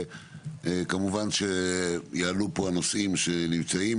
כמובן שיעלו פה הנושאים שנמצאים